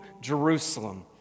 Jerusalem